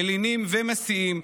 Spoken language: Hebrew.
מלינים ומסיעים,